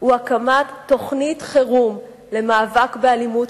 הוא הקמת תוכנית חירום למאבק באלימות,